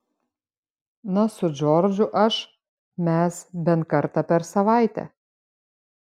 na su džordžu aš mes bent kartą per savaitę